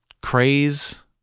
craze